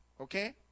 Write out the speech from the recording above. Okay